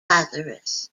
lazarus